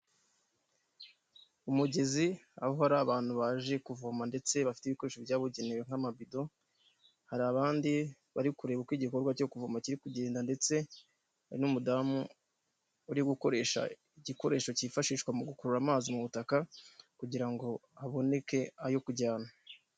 Umugezi aho hari abantu baje kuvoma, ndetse bafite ibikoresho byabugenewe nk'amabido, hari abandi bari kureba uko igikorwa cyo kuvoma kiri kugenda, ndetse hari n'umudamu uri gukoresha igikoresho cyifashishwa mu gukurura amazi mu butaka, kugira ngo haboneke ayo kujyana.